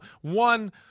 one